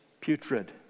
putrid